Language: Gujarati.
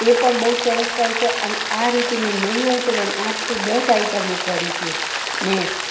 એ પણ બહુ સરસ થાય છે અને આ રીતે મેં નહીં હોય તો આઠથી દસ આઈટમો કરી હતી મેં